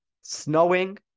snowing